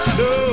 no